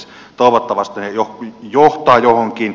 toivottavasti ne johtavat johonkin